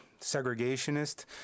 segregationist